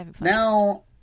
Now